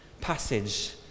passage